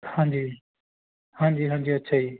ਹਾਂਜੀ ਹਾਂਜੀ ਹਾਂਜੀ ਅੱਛਾ ਜੀ